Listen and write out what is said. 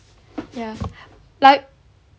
ya like